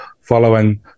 following